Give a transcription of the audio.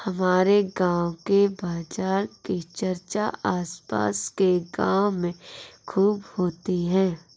हमारे गांव के बाजार की चर्चा आस पास के गावों में खूब होती हैं